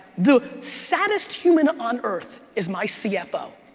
the saddest human on earth is my cfo.